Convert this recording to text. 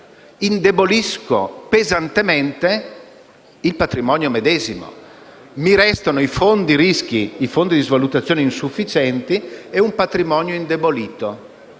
indebolisce pesantemente il patrimonio medesimo; restano i fondi di svalutazione insufficienti e un patrimonio indebolito.